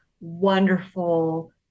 wonderful